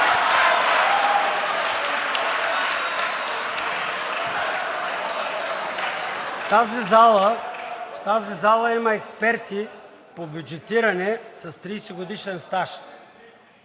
В тази зала има експерти по бюджетиране с 30-годишен стаж.